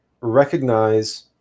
recognize